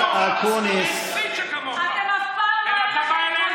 אתה עכשיו לא מדבר.